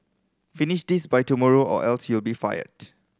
finish this by tomorrow or else you'll be fired